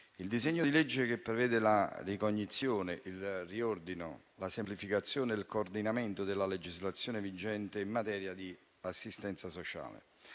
il disegno di legge in esame prevede la ricognizione, il riordino, la semplificazione e il coordinamento della legislazione vigente in materia di assistenza sociale,